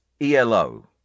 elo